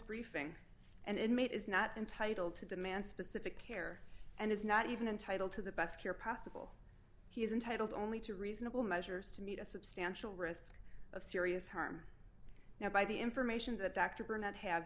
briefing and inmate is not entitled to demand specific care and is not even entitled to the best care possible he is entitled only to reasonable measures to meet a substantial risk of serious harm now by the information that dr burnett ha